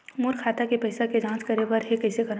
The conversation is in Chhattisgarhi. मोर खाता के पईसा के जांच करे बर हे, कइसे करंव?